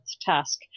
task